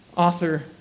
author